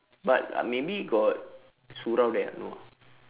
but maybe got surau there ah no ah